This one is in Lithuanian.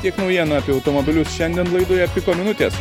tiek naujienų apie automobilius šiandien laidoje piko minutės